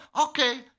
Okay